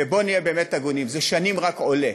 בוא נהיה באמת הגונים, זה שנים רק עולה,